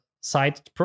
side